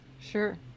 sure